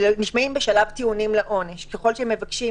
הם נשמעים בשלב הטיעונים לעונש, ככל שהם מבקשים.